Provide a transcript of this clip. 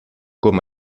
com